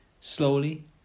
slowly